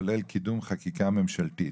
כולל קידום חקיקה ממשלתית.